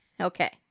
Okay